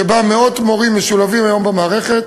שבה מאות מורים משולבים היום במערכת.